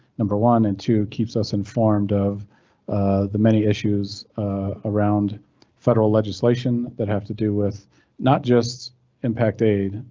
number one and two keeps us informed of the many issues around federal legislation that have to do with not just impact aid,